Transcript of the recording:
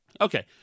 Okay